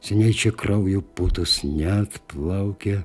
seniai čia kraujo putos neatplaukia